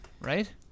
right